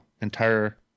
entire